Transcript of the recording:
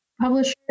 publisher